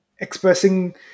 expressing